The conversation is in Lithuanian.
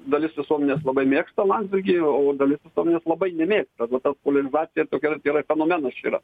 dalis visuomenės labai mėgsta landsbergį o o dalis visuomenės labai nemėgsta tai ta poliarizacija tokia yra fenomenas yra